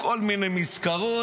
כל מיני מזכרות.